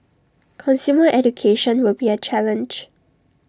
consumer education will be A challenge